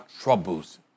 troubles